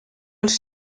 els